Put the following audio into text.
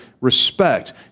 respect